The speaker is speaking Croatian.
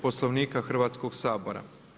Poslovnika Hrvatskoga sabora.